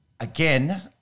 Again